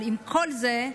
אבל עם כל זה,